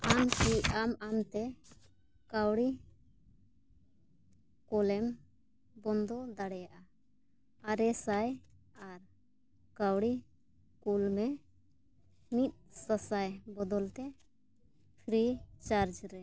ᱟᱢ ᱠᱤ ᱟᱢ ᱟᱢ ᱛᱮ ᱠᱟᱹᱣᱰᱤ ᱠᱳᱞᱮᱢ ᱵᱚᱱᱫᱚ ᱫᱟᱲᱮᱭᱟᱜᱼᱟ ᱟᱨᱮᱥᱟᱭ ᱟᱨ ᱠᱟᱹᱣᱰᱤ ᱠᱳᱞ ᱢᱮ ᱢᱤᱫ ᱥᱟᱥᱟᱭ ᱵᱚᱫᱚᱞ ᱛᱮ ᱯᱷᱨᱤ ᱪᱟᱨᱡᱽ ᱨᱮ